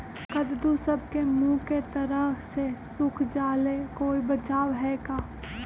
कददु सब के मुँह के तरह से सुख जाले कोई बचाव है का?